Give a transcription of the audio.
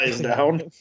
down